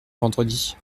vendredi